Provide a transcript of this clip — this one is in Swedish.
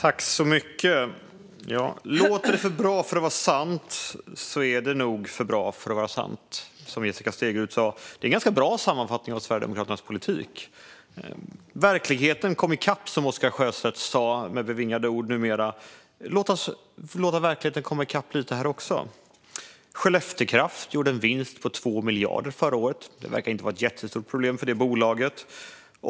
Fru talman! Låter det för bra för att vara sant är det nog för bra för att vara sant, som Jessica Stegrud sa. Det är en ganska bra sammanfattning av Sverigedemokraternas politik. Verkligheten kom i kapp, sa Oscar Sjöstedt med numera bevingade ord. Låt oss låta verkligheten komma i kapp lite här också. Skellefteå Kraft gjorde en vinst på 2 miljarder förra året; det verkar inte vara ett jättestort problem för det bolaget.